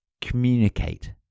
communicate